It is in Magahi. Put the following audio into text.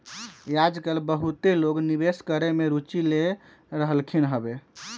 याजकाल बहुते लोग निवेश करेमे में रुचि ले रहलखिन्ह हबे